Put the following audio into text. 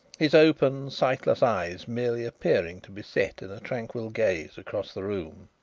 his open, sightless eyes merely appearing to be set in a tranquil gaze across the room.